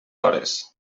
hores